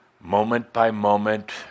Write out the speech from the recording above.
moment-by-moment